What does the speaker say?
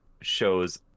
shows